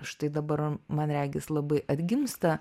štai dabar man regis labai atgimsta